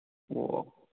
ꯑꯣ ꯑꯣ